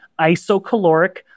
isocaloric